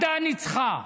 מד"א ניצחה,